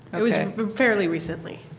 it was fairly recently.